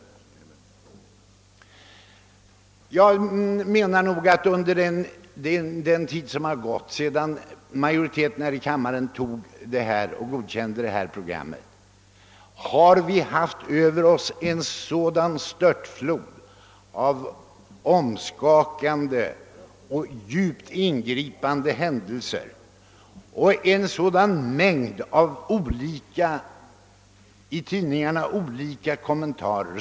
Under den tid som har gått sedan majoriteten här i kammaren godkände denna organisationstyp har en störtflod av omskakande och djupt ingripande händelser sköljt över oss vilka i tidningarna kommenterats på en mängd olika sätt.